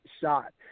shot